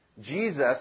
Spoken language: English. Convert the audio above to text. Jesus